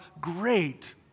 great